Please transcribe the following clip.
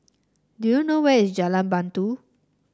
do you know where is Jalan Batu